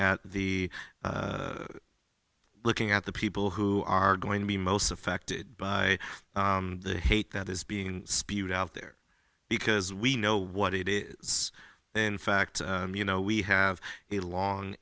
at the looking at the people who are going to be most affected by the hate that is being spewed out there because we know what it is in fact you know we have a long